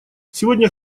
сегодня